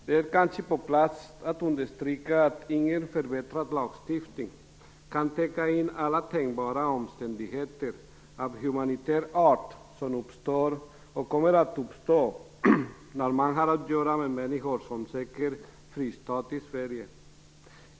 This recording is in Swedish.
Det är kanske på sin plats att understryka att ingen förbättrad lagstiftning kan täcka in alla tänkbara omständigheter av humanitär art som uppstår och kommer att uppstå när man har att göra med människor som söker en fristad i Sverige.